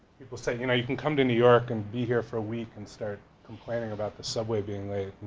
people say you know you can come to new york and be here for a week and start complaining about the subway being late.